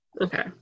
Okay